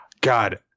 God